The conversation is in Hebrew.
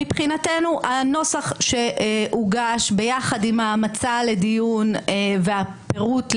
מבחינתנו הנוסח שהוגש ביחד עם המצע לדיון והפירוט לגביו,